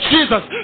Jesus